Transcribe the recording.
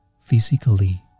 physically